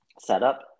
setup